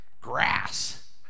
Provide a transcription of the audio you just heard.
grass